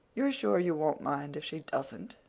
you're sure you won't mind if she doesn't?